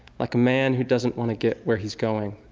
like a man who doesn't want to get where he's going,